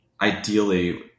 ideally